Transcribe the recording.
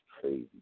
crazy